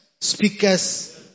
speakers